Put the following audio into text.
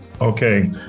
Okay